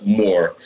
more